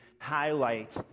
highlight